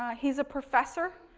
ah he's a professor.